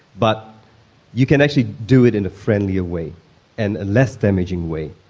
but you can actually do it in a friendlier way and a less damaging way.